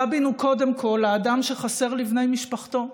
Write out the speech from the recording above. רבין הוא, קודם כול, האדם שחסר לבני משפחתו,